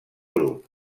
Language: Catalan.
grup